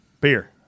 Beer